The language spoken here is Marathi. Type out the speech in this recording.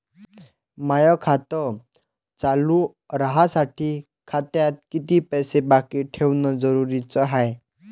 माय खातं चालू राहासाठी खात्यात कितीक पैसे बाकी ठेवणं जरुरीच हाय?